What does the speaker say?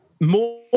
more